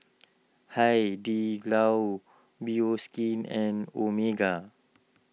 Hai Di Lao Bioskin and Omega